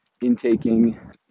Intaking